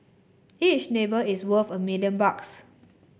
each neighbour is worth a million bucks